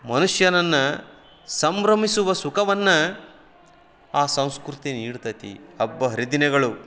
ಮನುಷ್ಯನನ್ನು ಸಂಭ್ರಮಿಸುವ ಸುಖವನ್ನು ಆ ಸಂಸ್ಕೃತಿ ನೀಡ್ತೆತಿ ಹಬ್ಬ ಹರಿದಿನಗಳು